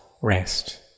rest